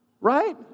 Right